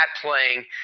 playing